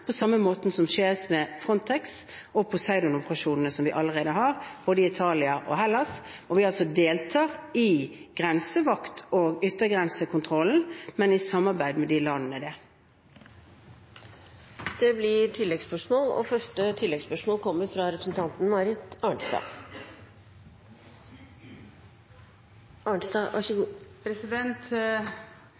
på samme måte som det gjøres med Frontex og Poseidon-operasjonene som vi allerede har både i Italia og i Hellas, hvor vi deltar i grensevakt- og yttergrensekontrollen, men i samarbeid med de landene. Det blir